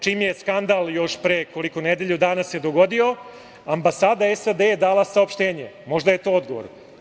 Čim se skandal još pre nedelju dana dogodio, ambasada SAD je dala saopštenje, možda je to odgovor.